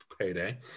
payday